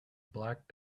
black